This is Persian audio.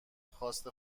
خواست